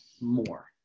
more